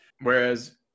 Whereas